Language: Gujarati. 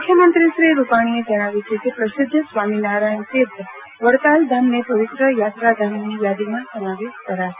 મંદિર મુખ્યમંત્રીશ્રી રુપાણીએ જજ્ઞાવ્યું છે કે પ્રસિદ્ધ સ્વામિનારાયજ્ઞ તીર્થ વડતાલ ધામને પવિત્ર યાત્રાધામોની યાદીમાં સમાવેશ કરાશે